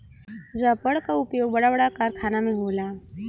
रबड़ क उपयोग बड़ा बड़ा कारखाना में होला